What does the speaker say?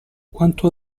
quanto